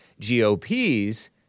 GOP's